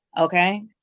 okay